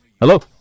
hello